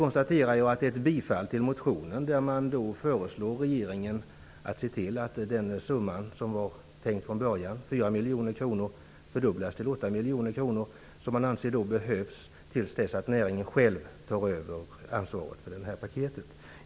Utskottet tillstyrker motionen och föreslår att regeringen skall se till att den summa som var tänkt från början, 4 miljoner kronor, fördubblas till 8 miljoner, som man anser behövs till dess att näringen själv tar över ansvaret för det här paketet.